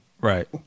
Right